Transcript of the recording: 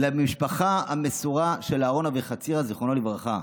למשפחה המסורה של אהרן אבוחצירא, זיכרונו לברכה,